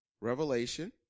revelation